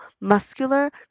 muscular